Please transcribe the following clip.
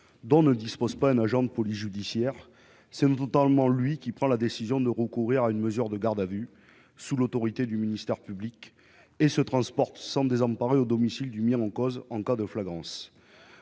dont ne dispose pas un agent de police judiciaire (APJ). C'est notamment lui qui prend la décision de recourir à une mesure de garde à vue, sous l'autorité du ministère public, et qui se transporte au domicile du mis en cause en cas de flagrance.